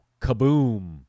Kaboom